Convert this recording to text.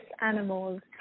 animals